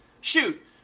Shoot